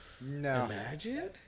Imagine